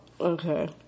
Okay